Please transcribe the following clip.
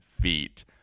feet